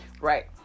Right